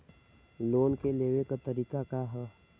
Loan के लेवे क तरीका का ह?